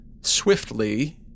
swiftly